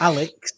Alex